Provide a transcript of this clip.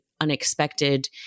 unexpected